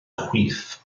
chwith